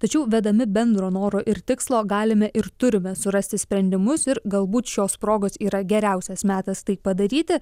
tačiau vedami bendro noro ir tikslo galime ir turime surasti sprendimus ir galbūt šios progos yra geriausias metas tai padaryti